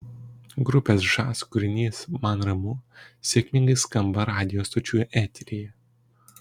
grupės žas kūrinys man ramu sėkmingai skamba radijo stočių eteryje